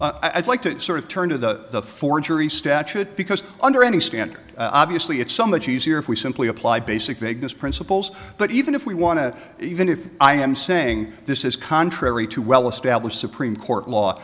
inference i'd like to sort of turn to the forgery statute because under any standard obviously it's so much easier if we simply apply basic vagueness principles but even if we want to even if i am saying this is contrary to well established supreme court law